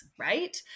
right